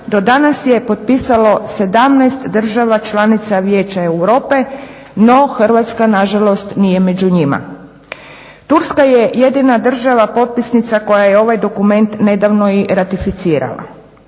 do danas je potpisalo 17 država članica Vijeća Europe, no Hrvatska nažalost nije među njima. Turska je jedina država potpisnica koja je ovaj dokument nedavno i ratificirala.